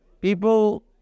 People